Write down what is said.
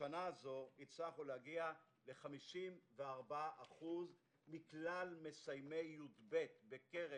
בשנה זו הצלחנו להגיע ל-54% מכלל מסיימי י"ב בקרב